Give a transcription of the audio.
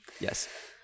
Yes